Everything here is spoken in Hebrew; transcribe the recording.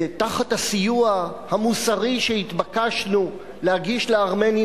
ותחת הסיוע המוסרי שהתבקשנו להגיש לארמנים,